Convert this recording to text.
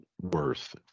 worth